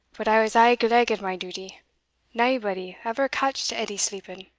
but i was aye gleg at my duty naebody ever catched edie sleeping.